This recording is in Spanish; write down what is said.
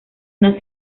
unas